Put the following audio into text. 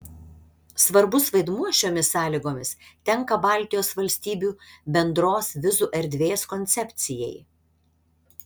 svarbus vaidmuo šiomis sąlygomis tenka baltijos valstybių bendros vizų erdvės koncepcijai